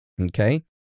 okay